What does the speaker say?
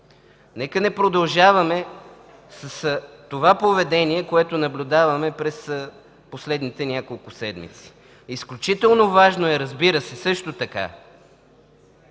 Нека не продължаваме с това поведение, което наблюдаваме последните няколко седмици. Изключително важно е, разбира се, също така